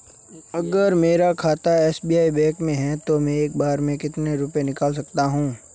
अगर मेरा खाता एस.बी.आई बैंक में है तो मैं एक बार में कितने रुपए निकाल सकता हूँ?